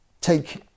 Take